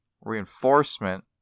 Reinforcement